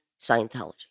Scientology